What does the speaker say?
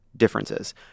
Differences